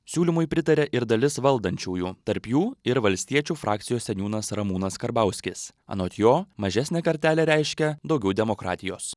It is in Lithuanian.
siūlymui pritarė ir dalis valdančiųjų tarp jų ir valstiečių frakcijos seniūnas ramūnas karbauskis anot jo mažesnė kartelė reiškia daugiau demokratijos